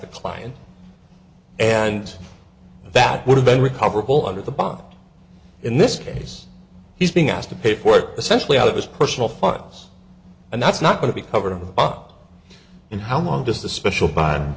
the client and that would have been recoverable under the bot in this case he's being asked to pay for it especially out of his personal files and that's not going to be covered up in how long does the special bond